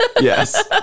Yes